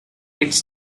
its